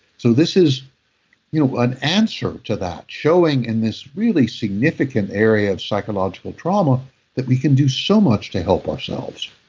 so, this is you know an answer to that. showing in this really significant area of psychological trauma that we can do so much to help ourselves